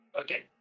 Okay